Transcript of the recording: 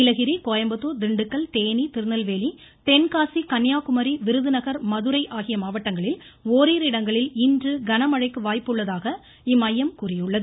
நீலகிரி கோயம்புத்தூர் திண்டுக்கல் தேனி திருநெல்வேலி தென்காசி கன்னியாகுமரி விருதுநகர் மதுரை ஆகிய மாவட்டங்களில் ஓரிரு இடங்களில் இன்று கனமழைக்கு வாய்ப்புள்ளதாக இம்மையம் கூறியுள்ளது